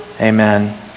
amen